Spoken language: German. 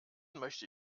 möchte